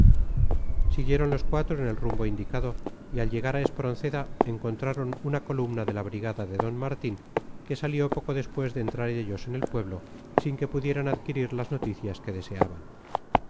siguieron los cuatro en el rumbo indicado y al llegar a espronceda encontraron una columna de la brigada de d martín que salió poco después de entrar ellos en el pueblo sin que pudieran adquirir las noticias que deseaban